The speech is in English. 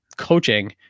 coaching